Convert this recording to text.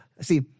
see